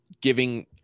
giving